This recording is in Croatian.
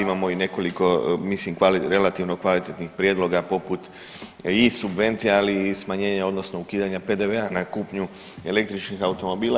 Imamo i nekoliko mislim relativno kvalitetnih prijedloga poput i subvencija, ali i smanjenja odnosno ukidanja PDV-a na kupnju električnih automobila.